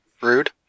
rude